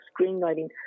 screenwriting